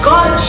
God